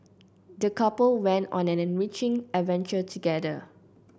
the couple went on an enriching adventure together